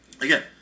again